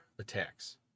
attacks